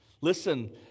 Listen